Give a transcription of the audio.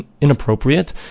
inappropriate